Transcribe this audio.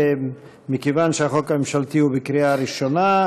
מכיוון שהחוק הממשלתי הוא בקריאה ראשונה,